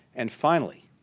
and finally,